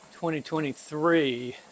2023